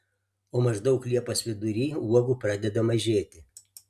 o maždaug liepos vidury uogų pradeda mažėti